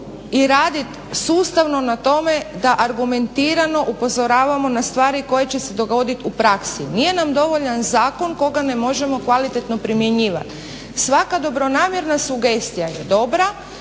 i radit sustavno na tome da argumentirano upozoravamo na stvari koje će se dogodit u praksi. Nije nam dovoljan zakon ako ga ne možemo kvalitetno primjenjivati. Svaka dobronamjerna sugestija je dobra